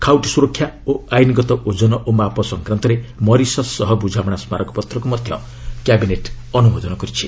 ଖାଉଟି ସୁରକ୍ଷା ଓ ଆଇନ୍ଗତ ଓଜନ ଓ ମାପ ସଂକ୍ରାନ୍ତରେ ମରିସସ୍ ସହ ବୁଝାମଣା ସ୍କାରକପତ୍ରକୁ ମଧ୍ୟ କ୍ୟାବିନେଟ୍ ଅନୁମୋଦନ କରିଛି